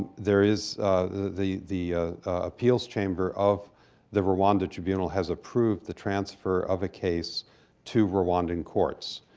there is the the appeals chamber of the rwanda tribunal has approved the transfer of a case to rwandan courts.